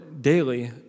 daily